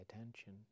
attention